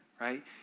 right